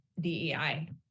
DEI